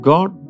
God